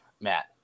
Matt